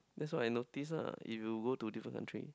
that's what I noticed ah if you go to different country